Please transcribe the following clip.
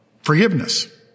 Forgiveness